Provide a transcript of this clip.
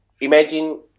imagine